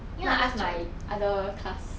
you know I ask my other class